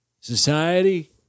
society